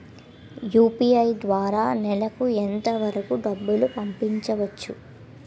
UPI ద్వారా నెలకు ఎంత వరకూ డబ్బులు పంపించవచ్చు?